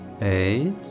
Eight